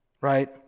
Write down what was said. right